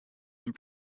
and